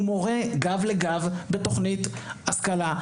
הוא מורה, גב לגב, בתוכנית השכלה.